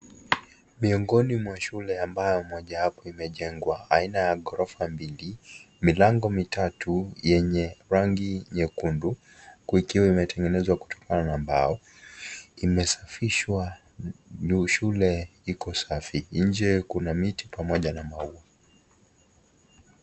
Miongoni mwa shule ambayo mojawapo imejengwa aina ya ghorofa mbili milango mitatu yenye rangi nyekundu huku ikiwa imetengenezwa kutokana na mbao imesafishwa. Shule iko safi nje kuna miti pamoja na maua.